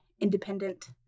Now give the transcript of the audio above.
independent